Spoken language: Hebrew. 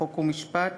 חוק ומשפט